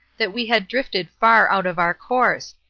that we had drifted far out of our course,